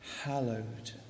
hallowed